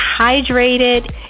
hydrated